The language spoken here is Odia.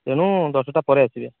ତେଣୁ ଦଶଟା ପରେ ଆସିବେ